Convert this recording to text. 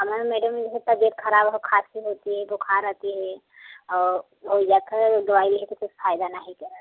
हमार मैडम तबीयत खराब हौ खांसी होती है बुखार आती है और दवाई लिए थे पर फायदा नाहीं करता